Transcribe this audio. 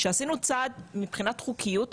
שעשינו צעד מבחינת חוקיות,